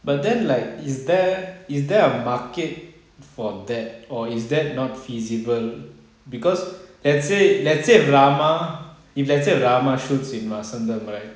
but then like is there is there a market for that or is that not feasible because let's say let's say ramah if let's say ramah shoots with vasantham correct